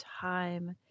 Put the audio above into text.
time